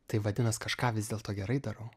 tai vadinas kažką vis dėlto gerai darau